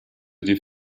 die